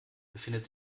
befindet